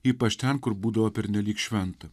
ypač ten kur būdavo pernelyg šventa